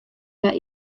hja